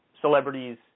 celebrities